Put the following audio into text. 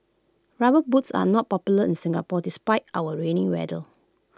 rubber boots are not popular in Singapore despite our rainy weather